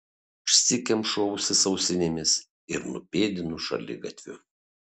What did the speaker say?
užsikemšu ausis ausinėmis ir nupėdinu šaligatviu